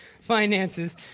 finances